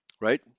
right